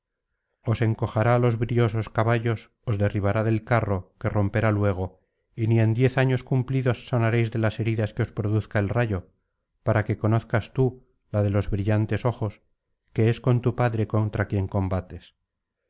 os encojará los briosos caballos os derribará del carro que romperá luego y ni en diez años cumplidos sanaréis de las heridas que os produzca el rayo para que conozcas tú la de los brillantes ojos que es con tu padre contra quien combates